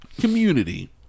community